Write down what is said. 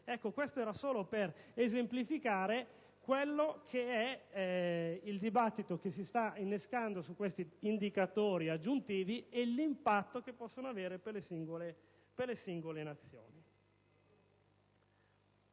considerazioni solo per esemplificare il dibattito che si sta innescando su questi indicatori aggiuntivi e l'impatto che possono avere per le singole Nazioni.